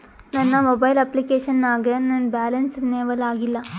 ನನ್ನ mobile application ನಾಗ ನನ್ ಬ್ಯಾಲೆನ್ಸ್ ರೀನೇವಲ್ ಆಗಿಲ್ಲ